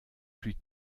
plus